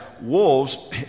wolves